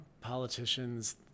politicians